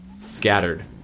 scattered